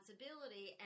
responsibility